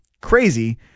crazy